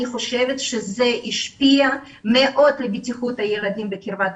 אני חושבת שזה ישפיע מאוד על בטיחות הילדים בקרבת